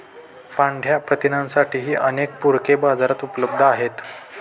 पांढया प्रथिनांसाठीही अनेक पूरके बाजारात उपलब्ध आहेत